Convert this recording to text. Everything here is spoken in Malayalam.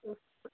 മ്മ്